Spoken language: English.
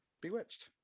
bewitched